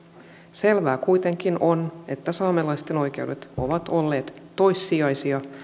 selvää kuitenkin on että saamelaisten oikeudet ovat olleet toissijaisia